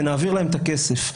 ונעביר להם את הכסף.